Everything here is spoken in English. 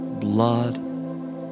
blood